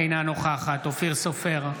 אינה נוכחת אופיר סופר,